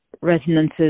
Resonances